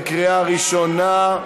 בקריאה ראשונה.